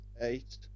Eight